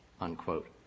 unquote